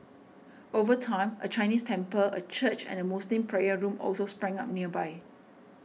over time a Chinese temple a church and a Muslim prayer room also sprang up nearby